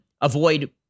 avoid